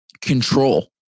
control